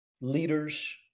leaders